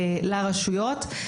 לרשויות.